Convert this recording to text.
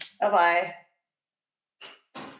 Bye-bye